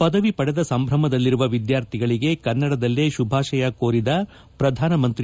ಪದವಿ ಪಡೆದ ಸಂಭ್ರಮದಲ್ಲಿರುವ ವಿದ್ಯಾರ್ಥಿಗಳಿಗೆ ಕನ್ನಡದಲ್ಲೇ ಶುಭಾಶಯ ಕೋರಿದ ಪ್ರಧಾನಮಂತ್ರಿ